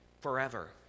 forever